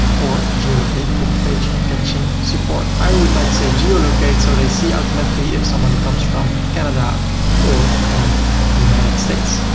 or geo-locate with page caching support. i would like to say geo-locate so they see automatically if somebody comes from canada or from united states.